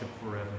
forever